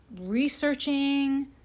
researching